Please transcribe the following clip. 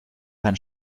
einen